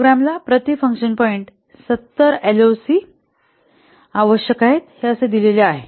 प्रोग्रामला प्रति function point 70 LOC आवश्यक आहेत हे दिलेले आहे